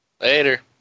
Later